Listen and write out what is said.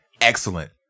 excellent